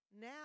Now